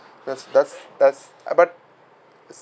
that's that's that's uh but